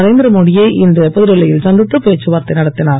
நரேந்திரமோடியை இன்று புதுடில்லியில் சந்தித்து பேச்சுவார்தை நடத்தினார்